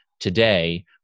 Today